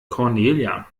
cornelia